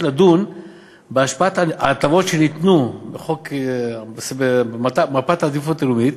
לדון בהשפעת ההטבות שניתנו במפת העדיפות הלאומית.